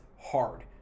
hard